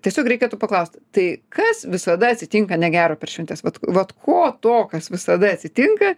tiesiog reikėtų paklausti tai kas visada atsitinka negero per šventes vat vat ko to kas visada atsitinka